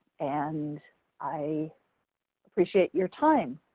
and i appreciate your time.